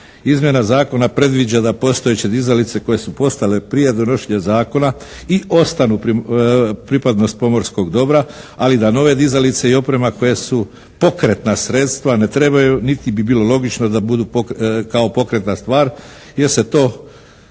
Izmjena zakona predviđa da postojeće dizalice koje su postojale prije donošenja zakona i ostanu pripadnost pomorskog dobra ali da nove dizalice i oprema koje su pokretna sredstva ne trebaju niti bi bilo logično da budu kao pokretna stvar jer se to,